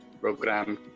program